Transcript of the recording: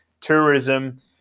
tourism